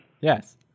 yes